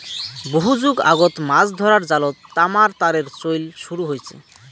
বহু যুগ আগত মাছ ধরার জালত তামার তারের চইল শুরু হইচে